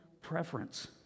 preference